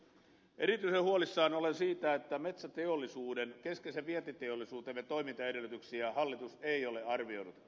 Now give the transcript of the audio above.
erityisen huolissani olen siitä että metsäteollisuuden keskeisen vientiteollisuutemme toimintaedellytyksiä hallitus ei ole arvioinut